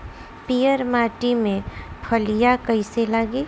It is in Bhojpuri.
पीयर माटी में फलियां कइसे लागी?